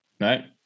right